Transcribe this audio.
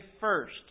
first